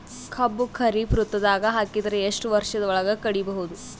ಕಬ್ಬು ಖರೀಫ್ ಋತುದಾಗ ಹಾಕಿದರ ಎಷ್ಟ ವರ್ಷದ ಒಳಗ ಕಡಿಬಹುದು?